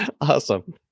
Awesome